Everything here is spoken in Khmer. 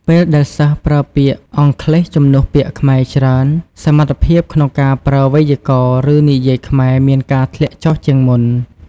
ពេលដែលសិស្សប្រើពាក្យអង់គ្លេសជំនួសពាក្យខ្មែរច្រើន សមត្ថភាពក្នុងការប្រើវេយ្យាករណ៍ឫនិយាយខ្មែរមានការធ្លាក់ចុះជាងមុន។